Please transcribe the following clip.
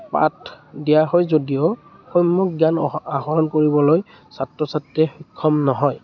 পাঠ দিয়া হয় যদিও সম্যক জ্ঞান আহৰ আহৰণ কৰিবলৈ ছাত্ৰ ছাত্ৰী সক্ষম নহয়